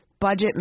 budget